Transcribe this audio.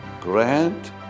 grant